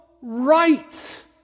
right